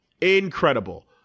Incredible